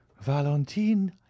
valentine